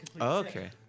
Okay